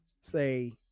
say